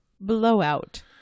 blowout